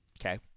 okay